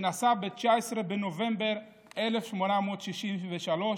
שנשא ב-19 בנובמבר 1863,